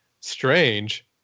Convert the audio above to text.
Strange